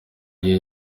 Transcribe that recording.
iye